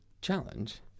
challenge